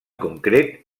concret